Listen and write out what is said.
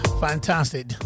fantastic